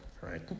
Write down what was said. right